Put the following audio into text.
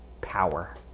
power